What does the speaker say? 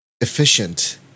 efficient